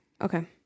Okay